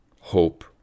hope